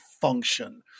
function